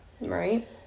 Right